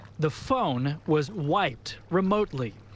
the phone was wiped remotely.